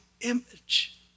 image